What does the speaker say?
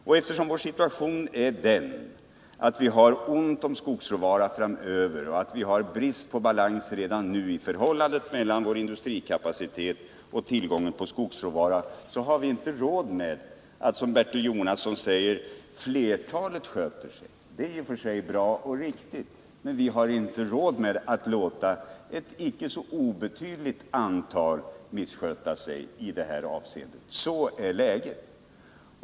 Och eftersom vår situation är den att vi har ont om skogsråvara framöver och att vi redan nu har obalans i förhållandet mellan vår industrikapacitet och tillgången på skogsråvara, räcker det inte med att, som Bertil Jonasson säger, flertalet skogsägare sköter sig. Det är visserligen i och för sig bra och riktigt, men vi har inte råd att låta ett icke obetydligt antal missköta sig i det här avseendet. Sådant är läget.